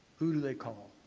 who do they call?